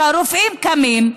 שהרופאים קמים,